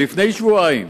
לפני שבועיים